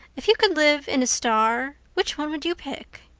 if you could live in a star, which one would you pick?